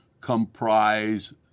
comprise